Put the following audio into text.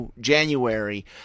January